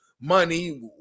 money